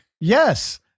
Yes